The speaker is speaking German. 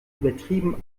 übertrieben